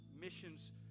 missions